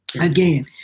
again